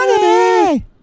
money